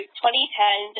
2010